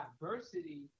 diversity